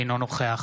אינו נוכח